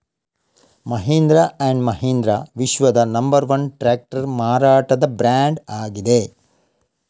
Mahindra and Mahindra ವಿಶ್ವದ number one tractor ಮಾರಾಟದ brand ಆಗಿದೆ